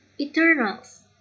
Eternals